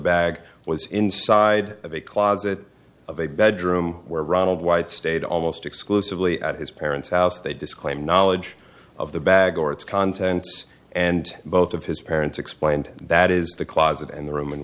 bag was inside of a closet of a bedroom where ronald white stayed almost exclusively at his parents house they disclaimed knowledge of the bag or its contents and both of his parents explained that is the closet and the ro